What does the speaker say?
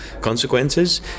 consequences